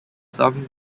some